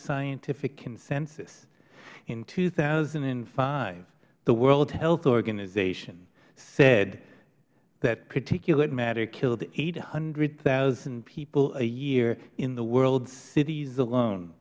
scientific consensus in two thousand and five the world health organization said that particulate matter killed eight hundred thousand people a year in the world's cities alone